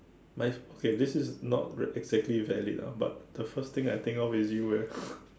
mine's okay this is not the exactly valid lah but the first thing I think of is you eh